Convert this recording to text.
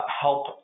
help